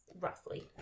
roughly